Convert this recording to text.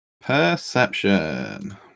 Perception